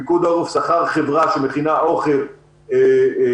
פיקוד העורף שכר חברה שמכינה אוכל מבושל,